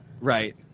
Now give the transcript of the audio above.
Right